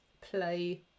play